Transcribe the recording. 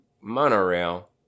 monorail